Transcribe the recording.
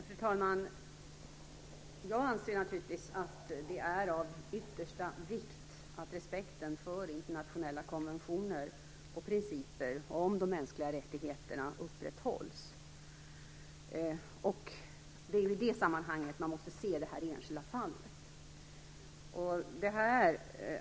Fru talman! Jag anser naturligtvis att det är av yttersta vikt att respekten för internationella konventioner och principer om de mänskliga rättigheterna upprätthålls. Det är i det sammanhanget man måste se det här enskilda fallet.